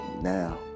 now